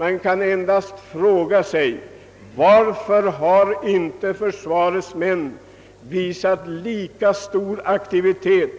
Man kan endast fråga sig: Varför har inte försvarets män visat lika stor aktivitet